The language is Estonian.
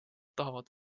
tahavad